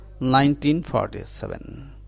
1947